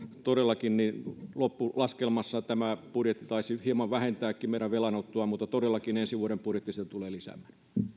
todellakin loppulaskelmassa tämä budjetti taisi hieman vähentääkin meidän velanottoamme mutta ensi vuoden budjetti sitä tulee lisäämään